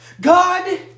God